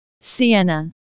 Sienna